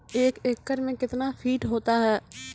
एक एकड मे कितना फीट होता हैं?